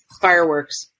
fireworks